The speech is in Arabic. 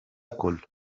آكل